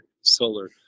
solar